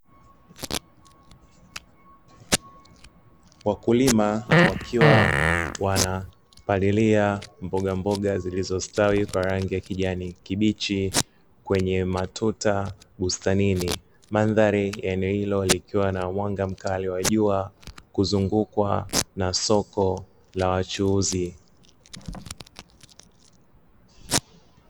Wakulima wakiwa wanapalilia mboga mboga zilizostawi kwa rangi ya kijani kibichi, kwenye matuta bustanini. Mandhari ya eneo hilo likiwa na mwanga mkali wa jua kuzungukwa na soko la wachuuzi.